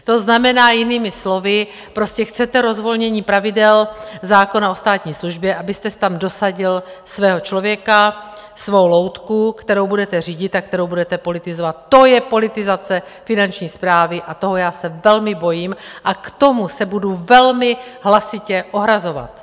To znamená jinými slovy, prostě chcete rozvolnění pravidel zákona o státní službě, abyste si tam dosadil svého člověka, svou loutku, kterou budete řídit a kterou budete politizovat, to je politizace Finanční správy a toho já jsem velmi bojím a k tomu se budu velmi hlasitě ohrazovat.